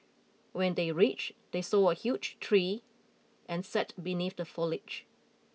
when they reached they saw a huge tree and sat beneath the foliage